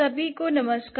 सबको नमस्कार